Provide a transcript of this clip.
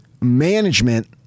management